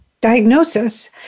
diagnosis